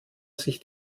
sich